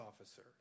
officer